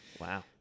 Wow